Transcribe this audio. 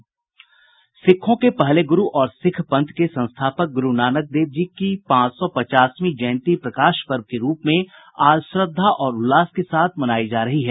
सिखों के पहले गुरु और सिख पंथ के संस्थापक गुरु नानक देव जी की पांच सौ पचासवीं जयंती प्रकाश पर्व के रूप में आज श्रद्धा और उल्लास के साथ मनायी जा रही है